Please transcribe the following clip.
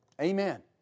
Amen